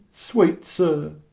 sweet sir,